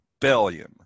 billion